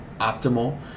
optimal